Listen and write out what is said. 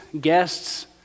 guests